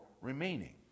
remaining